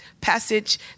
passage